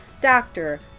doctor